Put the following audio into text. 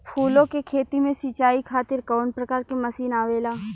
फूलो के खेती में सीचाई खातीर कवन प्रकार के मशीन आवेला?